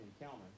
encounter